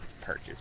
purchase